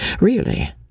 Really